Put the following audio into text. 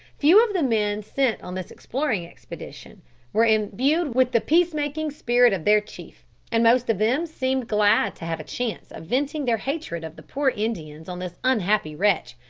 few of the men sent on this exploring expedition were imbued with the peacemaking spirit of their chief and most of them seemed glad to have a chance of venting their hatred of the poor indians on this unhappy wretch,